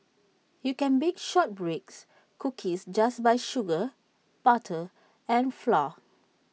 you can bake short breaks cookies just by sugar butter and flour